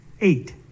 eight